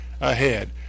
ahead